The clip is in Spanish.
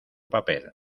papel